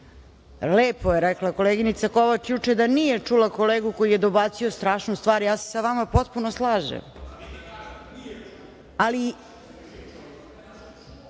Lepo je rekla koleginica Kovač da juče nije čula kolegu koji je dobacio strašnu stvar. Ja se sa vama potpuno slažem. Ja